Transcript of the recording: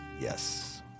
Yes